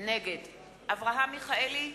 נגד אברהם מיכאלי,